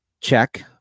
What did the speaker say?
check